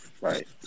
Right